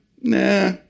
nah